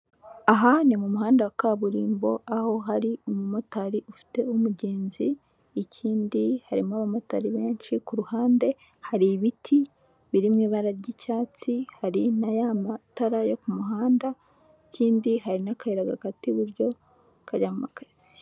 Aha ni mu muhanda wa kaburimbo aho hari umumotari ufite umugenzi, ikindi harimo abamotari benshi ku ruhande, hari ibiti biririmo ibara ry'icyatsi, hari na ya matara yo ku muhanda kindi hari n'akayira gakata iburyo kajyaka.